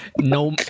No